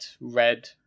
red